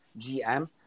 GM